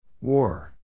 War